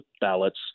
ballots